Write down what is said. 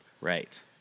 Right